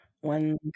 One